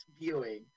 viewing